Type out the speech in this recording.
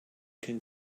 can